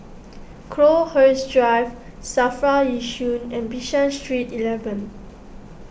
Crowhurst Drive Safra Yishun and Bishan Street Eeleven